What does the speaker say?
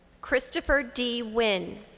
christoper d. winn.